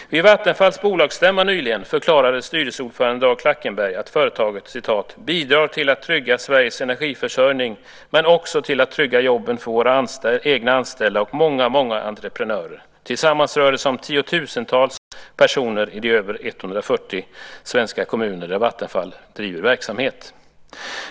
Vid Vattenfalls bolagsstämma nyligen förklarade styrelseordförande Dag Klackenberg att företaget bidrar till att trygga Sveriges energiförsörjning, men också till att trygga jobben för våra egna anställda och många, många entreprenörer. Tillsammans rör det sig om tiotusentals personer i de över 140 svenska kommuner där Vattenfall bedriver verksamhet.